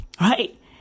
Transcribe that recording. right